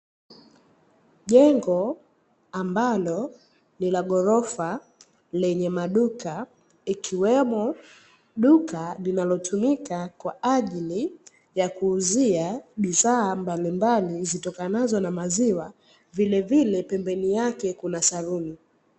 Jengo ambalo lina ghorofa lenye maduka, ikiwemo duka linalotumika kwa ajili ya kuuzia bidhaa mbalimbali, zitokanazo na maziwa, vilevile pembeni yake kuna saluni.